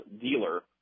dealer